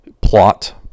plot